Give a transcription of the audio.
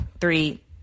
Three